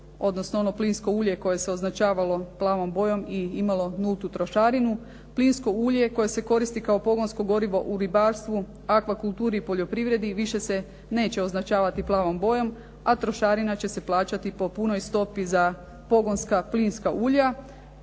odnosno ono plinsko ulje koje se označavalo plavom bojom i imalo nultu trošarinu. Plinsko ulje koje se koristi kao pogonsko gorivo u ribarstvu, akvakulturi i poljoprivredi više se neće označavati plavom bojom, a trošarina će se plaćati po punoj stopi za pogonska plinska ulja,